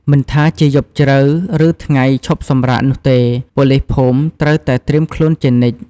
មិនថាជាយប់ជ្រៅ ឬថ្ងៃឈប់សម្រាកនោះទេ ប៉ូលីសភូមិត្រូវតែត្រៀមខ្លួនជានិច្ច។